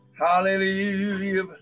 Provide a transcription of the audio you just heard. Hallelujah